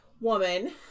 woman